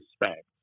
respect